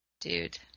Dude